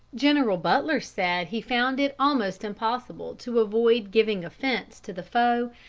general butler said he found it almost impossible to avoid giving offence to the foe,